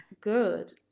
good